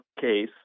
case